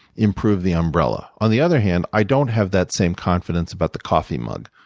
improve the umbrella. on the other hand, i don't have that same confidence about the coffee mug.